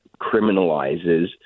criminalizes